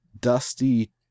dusty